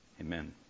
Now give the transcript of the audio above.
Amen